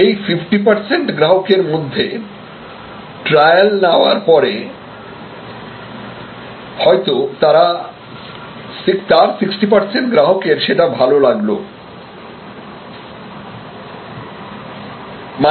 এই fifty percent গ্রাহকের মধ্যে ট্রায়াল নেওয়ার পরে হয়তো তার 60 গ্রাহকের সেটা ভালো লাগলো তার মানে সেটা তারা পছন্দ করবে